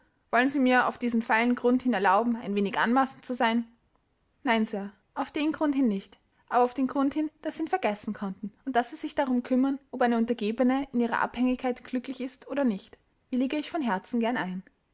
wollen sie mir auf diesen feilen grund hin erlauben ein wenig anmaßend zu sein nein sir auf den grund hin nicht aber auf den grund hin daß sie ihn vergessen konnten und daß sie sich darum kümmern ob eine untergebene in ihrer abhängigkeit glücklich ist oder nicht willige ich von herzen gern ein